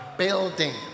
Building